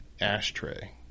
ashtray